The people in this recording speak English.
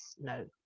no